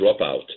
dropout